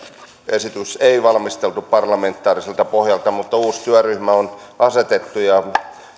esitystä ei valmisteltu parlamentaariselta pohjalta mutta uusi työryhmä on asetettu ja